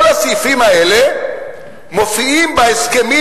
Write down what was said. כל הסעיפים האלה מופיעים בהסכמים